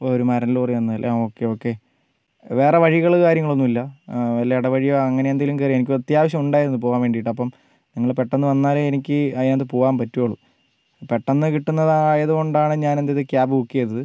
ഒരു മരം ലോറി വന്നതല്ലേ ആ ഓക്കെ ഓക്കെ വേറെ വഴികൾ കാര്യങ്ങളൊന്നും ഇല്ല വല്ല ഇടവഴിയോ അങ്ങനെയെന്തെങ്കിലും കയറി എനിക്ക് അത്യാവശ്യമുണ്ടായിരുന്നു പോകാൻ വേണ്ടിയിട്ട് അപ്പം നിങ്ങൾ പെട്ടെന്ന് വന്നാലേ എനിക്ക് അതിനകത്ത് പോകാൻ പറ്റുകയുള്ളൂ പെട്ടെന്ന് കിട്ടുന്നതായതുകൊണ്ടാണ് ഞാനെന്തു ചെയ്തത് ക്യാബ് ബുക്ക് ചെയ്തത്